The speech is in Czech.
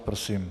Prosím.